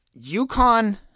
UConn